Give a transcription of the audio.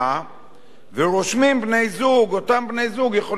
אותם בני-זוג יכלו היו להירשם אצלם לנישואים בנקל.